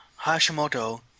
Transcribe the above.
Hashimoto